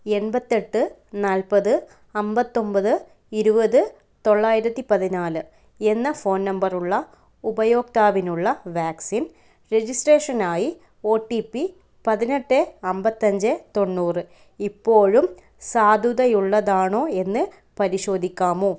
എൺപത്തെട്ട് നാൽപ്പത് അൻപത്തി ഒൻപത് ഇരുപത് തൊള്ളായിരത്തി പതിനാല് എന്ന ഫോൺ നമ്പറുള്ള ഉപയോക്താവിനുള്ള വാക്സിൻ രജിസ്ട്രേഷനായി ഒ ടി പി പതിനെട്ട് അൻപത്തി അഞ്ച് തൊണ്ണൂറ് ഇപ്പോഴും സാധുതയുള്ളതാണോ എന്ന് പരിശോധിക്കാമോ